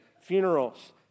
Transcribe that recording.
funerals